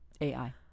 AI